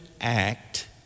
act